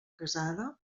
casada